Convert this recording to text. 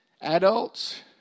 Adults